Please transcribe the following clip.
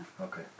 Okay